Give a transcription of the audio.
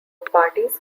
parties